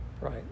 right